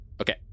Okay